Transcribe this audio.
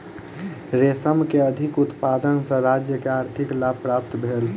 रेशम के अधिक उत्पादन सॅ राज्य के आर्थिक लाभ प्राप्त भेल